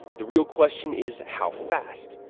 the real question is how fast?